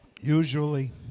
Usually